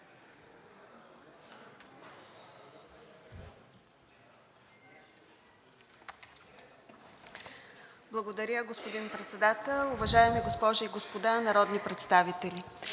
Благодаря, господин Председател. Уважаеми госпожи и господа народни представители,